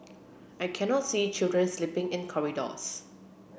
I cannot see children sleeping in corridors